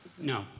No